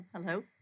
Hello